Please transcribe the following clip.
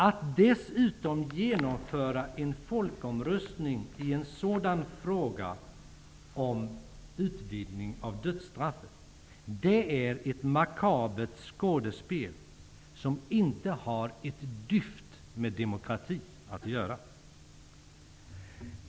Att dessutom genomföra en folkomröstning i en sådan fråga är ett makabert skådespel som inte har ett dyft med demokrati att göra.